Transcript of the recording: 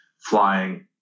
flying